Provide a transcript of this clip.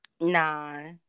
Nah